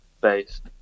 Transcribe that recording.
based